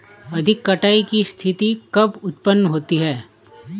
अधिक कटाई की स्थिति कब उतपन्न होती है?